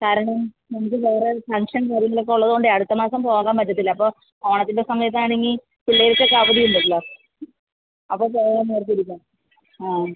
കാരണം മുമ്പ് വേറെ ഫംഗ്ഷൻ കാര്യങ്ങളൊക്കെ ഉള്ളതുകൊണ്ടേ അടുത്ത മാസം പോകാൻ പറ്റില്ല അപ്പോൾ ഓണത്തിൻ്റെ സമയത്ത് ആണെങ്കിൽ പിള്ളേർക്കൊക്കെ അവധി ഉണ്ടല്ലോ അപ്പോൾ പോകാം എന്നോർത്തിരിക്കുവാണ് ആ